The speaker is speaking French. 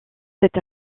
cette